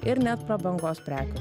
ir net prabangos prekių